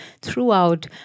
throughout